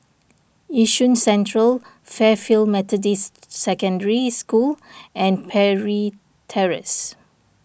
Yishun Central Fairfield Methodist Secondary School and Parry Terrace